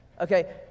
Okay